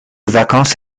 vacances